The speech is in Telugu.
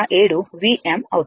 707 Vm అవుతుంది